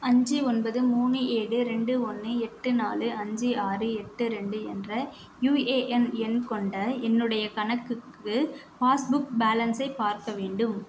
அஞ்சு ஒன்பது மூணு ஏழு ரெண்டு ஒன்று எட்டு நாலு அஞ்சு ஆறு எட்டு ரெண்டு என்ற யூஏஎன் எண் கொண்ட என்னுடைய கணக்குக்கு பாஸ்புக் பேலன்ஸை பார்க்க வேண்டும்